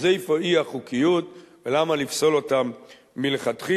אז איפה האי-חוקיות ולמה לפסול אותם מלכתחילה?